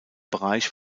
bereich